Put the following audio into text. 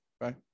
right